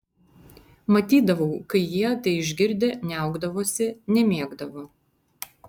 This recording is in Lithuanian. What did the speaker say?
matydavau kai jie tai išgirdę niaukdavosi nemėgdavo